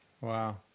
Wow